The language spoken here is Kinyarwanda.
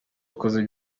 akoze